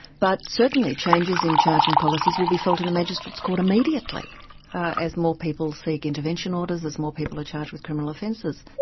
but certainly changes in charging policies will be felt in a magistrates court immediately as more people seek intervention orders, as more people are charged with criminal offences.